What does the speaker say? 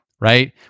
right